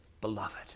beloved